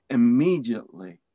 immediately